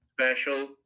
special